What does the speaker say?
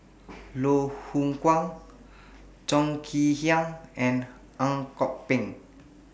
Loh Hoong Kwan Chong Kee Hiong and Ang Kok Peng